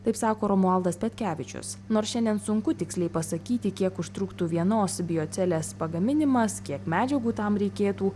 taip sako romualdas petkevičius nors šiandien sunku tiksliai pasakyti kiek užtruktų vienos biocelės pagaminimas kiek medžiagų tam reikėtų